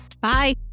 Bye